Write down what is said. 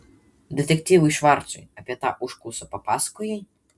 detektyvui švarcui apie tą užklausą papasakojai